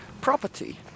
property